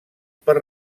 per